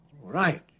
Right